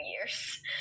years